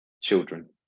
children